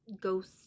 ghost